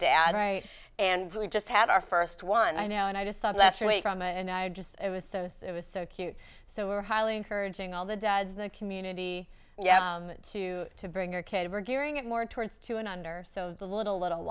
dad right and we just had our first one i know and i just saw it last week from and i just it was so so it was so cute so we're highly encouraging all the dads in the community to to bring their kids were gearing it more towards two and under so the little little